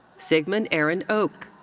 sigmond aaron oke.